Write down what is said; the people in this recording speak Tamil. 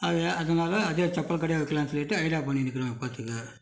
அதை அதனால் அதே செப்பல் கடையே வைக்கலான்னு சொல்லிட்டு ஐடியா பண்ணின்னு இருக்கிறோம் இப்போத்துக்கு